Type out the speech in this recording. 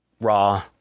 raw